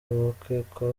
abakekwa